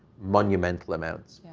monumental amounts.